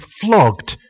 flogged